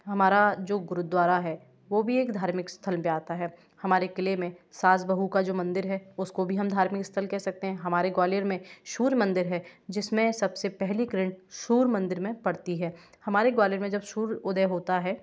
हमारा जो गुरुद्वारा है वो भी एक धार्मिक स्थल में आता है हमारे क़िले में सास बहू का जो मंदिर है उसको भी हम धार्मिक स्थल कह सकते हैं हमारे ग्वालियर में सूर्य मंदिर है जिस में सब से पहली किरण सूर्य मंदिर में पड़ती है हमारे ग्वालियर में जब सूर्य उदय होता है